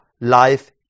life